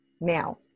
Now